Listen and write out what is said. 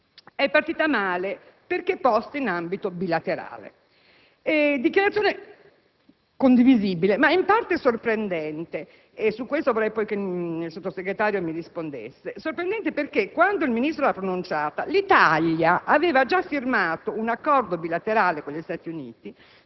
è partita male perché posta in ambito bilaterale. Dichiarazione condivisibile, ma in parte sorprendente - su questo vorrei che il Sottosegretario mi rispondesse - perché, quando il Ministro l'ha pronunciata, l'Italia aveva già firmato un Accordo bilaterale con gli Stati Uniti